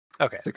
okay